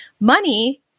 money